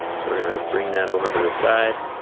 so we're going to bring that over to the side.